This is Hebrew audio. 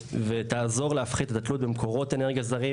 ותעזור להפחית את התלות במקורות אנרגיה זרים,